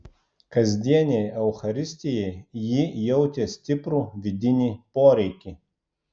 kasdienei eucharistijai ji jautė stiprų vidinį poreikį